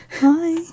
Hi